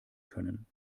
können